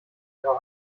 ihrer